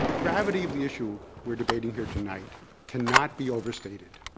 gravity of the issue we're debating here tonight cannot be overstated.